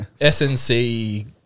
snc